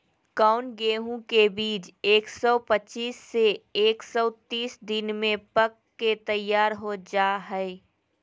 कौन गेंहू के बीज एक सौ पच्चीस से एक सौ तीस दिन में पक के तैयार हो जा हाय?